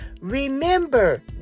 Remember